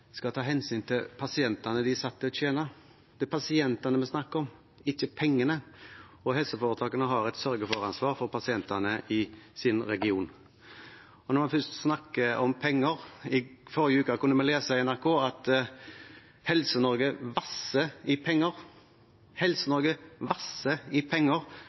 skal ta hensyn til pasientene de er satt til å tjene. Det er pasientene vi snakker om, ikke pengene, og helseforetakene har et sørge-for-ansvar for pasientene i sin region. Når man først snakker om penger, kunne vi i forrige uke lese i NRK at Helse-Norge vasser i penger – Helse-Norge vasser i penger.